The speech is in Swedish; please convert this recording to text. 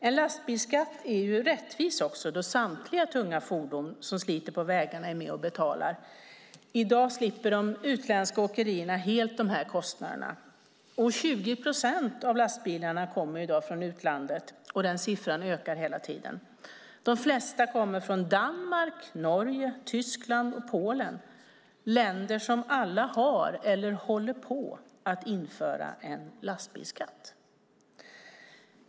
En lastbilsskatt är också rättvis. Samtliga tunga fordon som sliter på vägarna är med och betalar. I dag slipper de utländska åkerierna helt de kostnaderna. I dag kommer 20 procent av lastbilarna från utlandet, och den siffran ökar hela tiden. De flesta kommer från Danmark, Norge, Tyskland och Polen. Det är länder som alla har eller håller på att införa en lastbilsskatt.